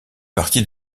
partie